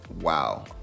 wow